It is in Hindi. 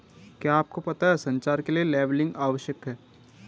क्या आपको पता है संचार के लिए लेबलिंग आवश्यक है?